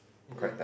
okay